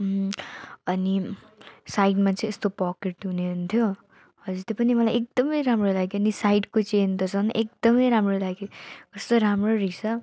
अनि साइडमा चाहिँ यस्तो पोकेट हुने हुन्थ्यो हो यस्तो पनि मलाई एकदमै राम्रो लाग्यो नि झन् साइडको चेन त झन् एकदमै राम्रो लाग्यो कस्तो राम्रो रहेछ